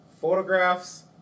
photographs